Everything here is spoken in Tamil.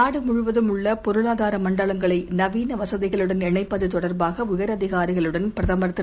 நாடுமுவதும் உள்ளபொருளாதாரமண்டலங்களைநவீனவசதிகளுடன் இணைப்பதுதொடர்பாகஉயரதிகாரிகளுடன் பிரதமர் திரு